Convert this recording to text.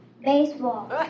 Baseball